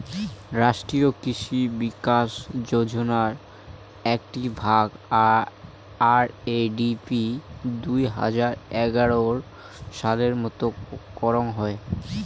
রাষ্ট্রীয় কৃষি বিকাশ যোজনার আকটি ভাগ, আর.এ.ডি.পি দুই হাজার এগার সালে মত করং হই